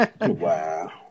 wow